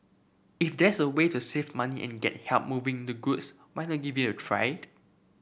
if there's a way to save money and get help moving the goods why not give it a tried